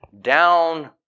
down